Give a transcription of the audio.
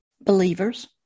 Believers